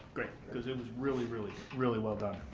great. cause it was really, really, really well done.